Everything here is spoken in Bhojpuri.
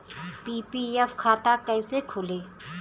पी.पी.एफ खाता कैसे खुली?